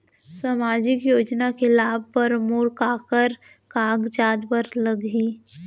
सामाजिक योजना के लाभ बर मोला काखर कागजात बर लागही?